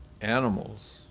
animals